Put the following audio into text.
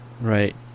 right